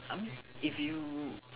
I mean if you